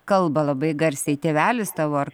kalba labai garsiai tėvelis tavo ar